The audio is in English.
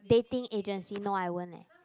dating agency no I won't leh